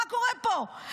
מה קורה פה?